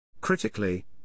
Critically